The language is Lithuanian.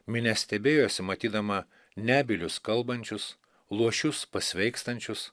minia stebėjosi matydama nebylius kalbančius luošius pasveikstančius